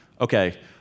Okay